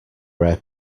rare